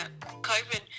COVID